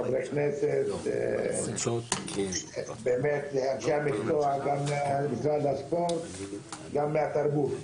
חברי הכנסת ואנשי המקצוע בספורט ובתרבות.